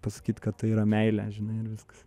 pasakyt kad tai yra meilė žinai ir viskas